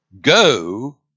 Go